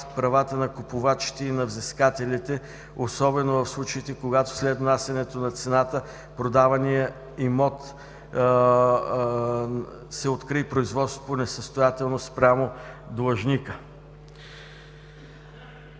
правата на купувачите и на взискателите, особено в случаите когато след внасянето на цената на продавания имот, се открие производство по несъстоятелност спрямо длъжника.